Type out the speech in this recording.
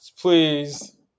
Please